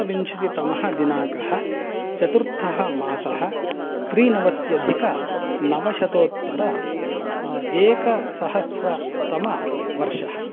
विंशतितमः दिनाङ्कः चतुर्थः मासः त्रिनवत्यधिकनवशतोत्तर एकसहस्रतमवर्षः